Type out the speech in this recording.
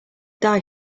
die